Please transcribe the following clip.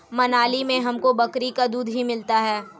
मनाली में हमको बकरी का दूध ही मिलता था